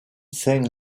saint